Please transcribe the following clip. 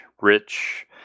Rich